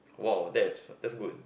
!wow! that's that's good